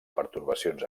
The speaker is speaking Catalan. pertorbacions